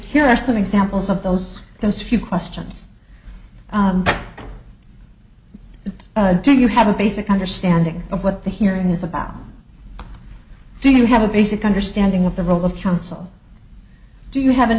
here are some examples of those those few questions that do you have a basic understanding of what the hearing is about do you have a basic understanding of the role of counsel do you have an